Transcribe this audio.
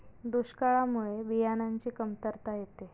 दुष्काळामुळे बियाणांची कमतरता येते